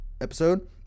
episode